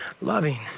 loving